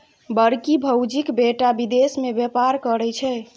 बड़की भौजीक बेटा विदेश मे बेपार करय छै